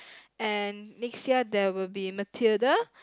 and next year there will be Mathilda